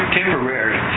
temporary